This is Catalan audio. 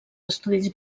estudis